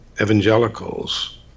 evangelicals